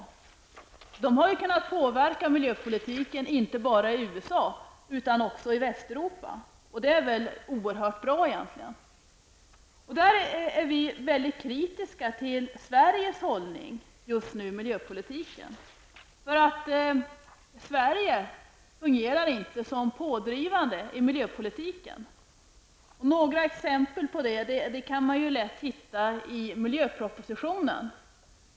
Kalifornien har kunnat påverka miljöpolitiken inte bara i USA, utan också i Västeuropa. Det är egentligen oerhört bra. Där är vi väldigt kritiska till Sveriges hållning i miljöpolitiken. Sverige fungerar inte som pådrivande i miljöpolitiken. Några exempel på det kan vi lätt hitta i miljöpropositionen.